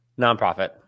nonprofit